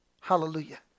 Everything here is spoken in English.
Hallelujah